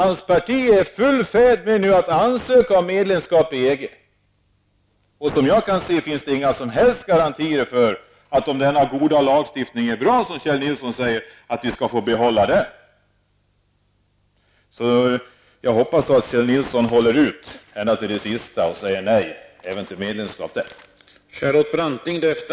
Hans parti är nu i full färd med att verka för att Sverige skall ansöka om medlemskap i EG, och det finns, som jag ser det, ingen som helst garanti för att vi skall få behålla denna goda lagstiftning. Jag hoppas att Kjell Nilsson håller ut ända till slutet och säger nej även till medlemskap där.